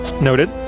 Noted